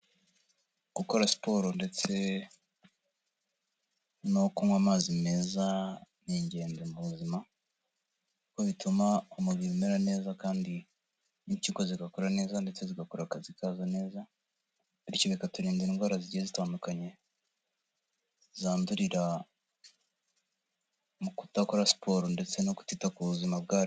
Gukora siporo ndetse no kunywa amazi meza, ni ingendo mu buzima, kuko bituma umubiri umera neza kandi n'impyiko zigakora neza ndetse zigakora akazi kazo neza, bityo bikaturinda indwara zigiye zitandukanye zandurira mu kudakora siporo ndetse no kutita ku buzima bwacu.